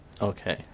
Okay